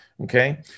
okay